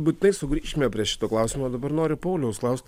būtinai sugrįšime prie šito klausimo dabar noriu pauliaus klaust